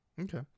Okay